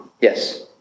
Yes